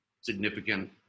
significant